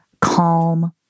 calm